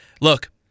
Look